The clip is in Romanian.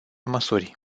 măsuri